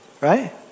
right